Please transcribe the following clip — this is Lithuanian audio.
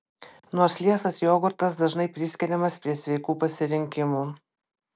nors liesas jogurtas dažnai priskiriamas prie sveikų pasirinkimų